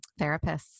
therapists